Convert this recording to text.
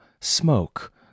smoke